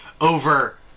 Over